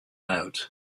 out